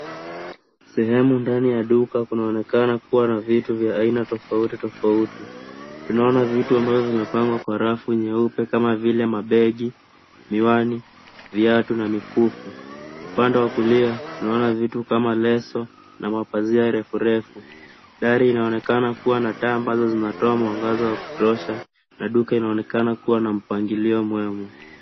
Sehemu ndani ya duka kunaonekana kuwa na vitu vya aina tofauti tofauti. Tunaona vitu ambavyo vimepangwa kwa rafu nyeupe kama vile mabegi, miwani, viatu na mikufu. Upande wa kulia, tunaona vitu kama leso, na mapazia refurefu. Gari inaonekana kuwa na taa ambazo zinatoa mwangaza wa kutosha, na duka inaonekana kuwa na mpangilio mwema.